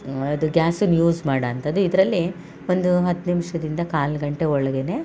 ಅದು ಗ್ಯಾಸನ್ನು ಯೂಸ್ ಮಾಡುವಂಥದ್ದು ಇದರಲ್ಲಿ ಒಂದು ಹತ್ತು ನಿಮಿಷದಿಂದ ಕಾಲು ಗಂಟೆ ಒಳಗೆ